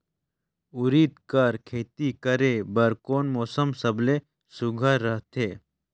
उरीद कर खेती करे बर कोन मौसम सबले सुघ्घर रहथे?